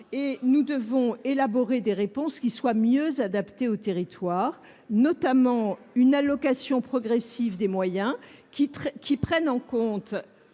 que nous devons élaborer des réponses qui soient mieux adaptées aux territoires, notamment une allocation progressive des moyens qui prenne en compte